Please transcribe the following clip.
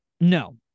no